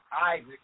Isaac